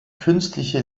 künstliche